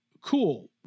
cool